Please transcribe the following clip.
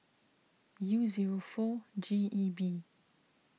U zero four G E B